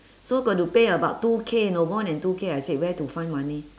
so got to pay about two K you know more than two K I said where to find money